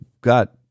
got